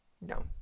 No